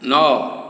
ନଅ